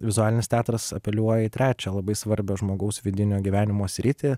vizualinis teatras apeliuoja į trečią labai svarbią žmogaus vidinio gyvenimo sritį